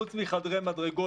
חוץ מחדרי מדרגות,